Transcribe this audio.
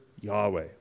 Yahweh